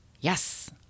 Yes